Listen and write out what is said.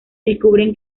descubren